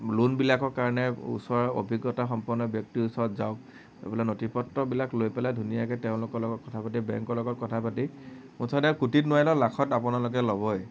লোনবিলাকৰ কাৰণে ওচৰৰ অভিজ্ঞতাসম্পন্ন ব্যক্তিৰ ওচৰত যাওঁক গৈ পেলাই নথিপত্ৰবিলাক লৈ পেলাই ধুনীয়াকৈ তেওঁলোকৰ লগত কথা পাতি বেংকৰ লগত কথা পাতি মুঠতে কোটিত নোৱাৰিলেও লাখত আপোনালোকে ল'বই